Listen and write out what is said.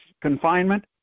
confinement